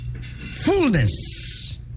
fullness